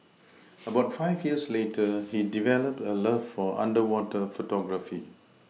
about five years later he developed a love for underwater photography